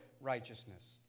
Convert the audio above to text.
righteousness